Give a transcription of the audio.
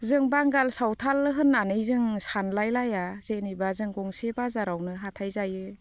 जों बांगाल सावथाल होननानै जों सानलाय लाया जेनेबा जों गंसे बाजारावनो हाथाय जायो